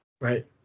Right